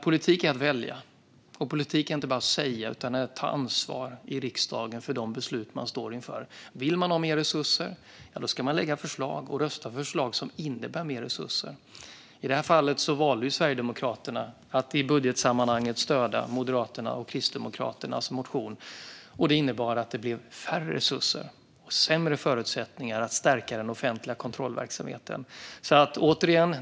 Politik är att välja, och politik är inte bara att säga utan även att ta ansvar i riksdagen för de beslut man står inför. Vill man ha mer resurser ska man lägga fram förslag och rösta för de förslag som innebär mer resurser. I det här fallet valde Sverigedemokraterna att i budgetsammanhanget stödja Moderaternas och Kristdemokraternas motion, och det innebar att det blev mindre resurser och sämre förutsättningar att stärka den offentliga kontrollverksamheten.